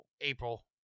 April